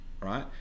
right